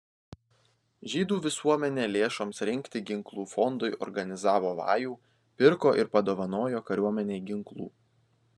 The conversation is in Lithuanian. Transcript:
žydų visuomenė lėšoms rinkti ginklų fondui organizavo vajų pirko ir padovanojo kariuomenei ginklų